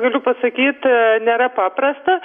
galiu pasakyt nėra paprasta